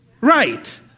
Right